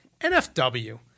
NFW